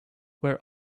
where